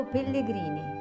Pellegrini